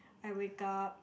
I wake up